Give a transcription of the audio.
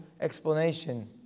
explanation